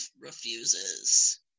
refuses